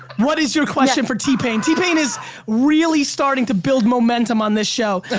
what is your question for t-pain? t-pain is really starting to build momentum on this show.